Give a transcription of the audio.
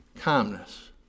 calmness